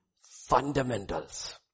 fundamentals